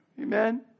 Amen